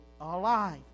alive